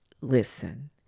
Listen